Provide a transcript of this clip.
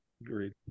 Agreed